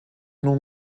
nun